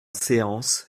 séance